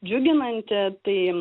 džiuginanti tai